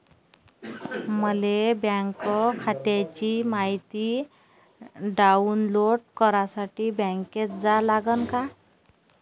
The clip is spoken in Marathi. मले बँक खात्याची मायती डाऊनलोड करासाठी बँकेत जा लागन का?